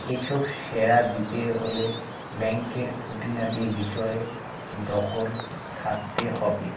এসব সেরা দিতে হলে ব্যাঙ্কের খুঁটিনাটি বিষয়ে দখল থাকতে হবে